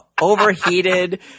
overheated